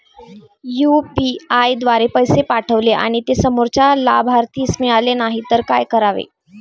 UPI द्वारे पैसे पाठवले आणि ते समोरच्या लाभार्थीस मिळाले नाही तर काय करावे?